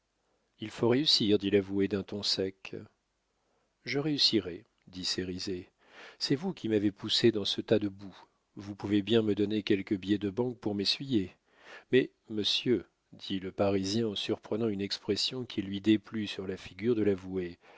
il faut réussir dit l'avoué d'un ton sec je réussirai dit cérizet c'est vous qui m'avez poussé dans ce tas de boue vous pouvez bien me donner quelques billets de banque pour m'essuyer mais monsieur dit le parisien en surprenant une expression qui lui déplut sur la figure de l'avoué